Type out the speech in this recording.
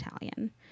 Italian